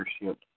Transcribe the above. leadership